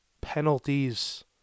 Penalties